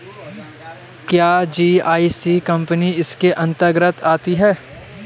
क्या GIC company इसके अन्तर्गत आती है?